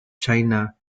china